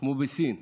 כמו בסין,